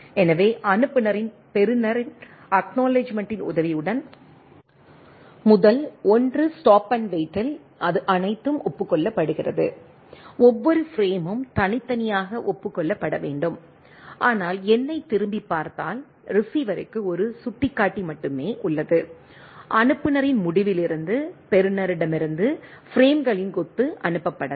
எனவே அனுப்புநரின் பெறுநர் அக்நாலெட்ஜ்மெண்ட்டின் உதவியுடன் முதல் 1 ஸ்டாப் அண்ட் வெயிட்டில் அது அனைத்தும் ஒப்புக் கொள்ளப்படுகிறது ஒவ்வொரு பிரேமும் தனித்தனியாக ஒப்புக் கொள்ளப்பட வேண்டும் ஆனால் N ஐத் திரும்பிப் பார்த்தால் ரிசீவருக்கு 1 சுட்டிக்காட்டி மட்டுமே உள்ளது அனுப்புநரின் முடிவில் இருந்து பெறுநரிடமிருந்து பிரேம்களின் கொத்து அனுப்பப்படலாம்